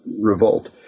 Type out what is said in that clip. revolt